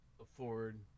afford